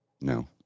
No